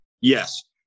Yes